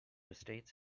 estates